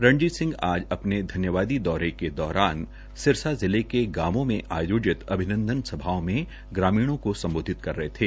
रणजीत सिंह आज अपने धन्यवादी दौरे के दौरान सिरसा जिले के गांवों में आयोजित अभिनंदन सभाओं में ग्रामीणों को संबोधित कर रहे थे